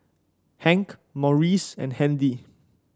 Hank Maurice and Handy